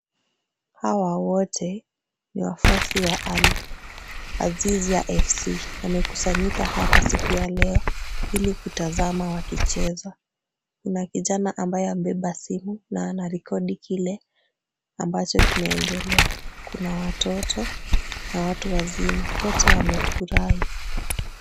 Hawa wote ni wafuasi wa Al-azizia FC. Wamekusanyika hapa siku ya leo ili kutazama wakicheza. Kuna kijana ambaye amebeba simu na anarekodi kile ambacho kinaendelea. Kuna watoto na watu wazima, wote wamefurahi.